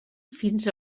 fins